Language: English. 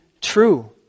true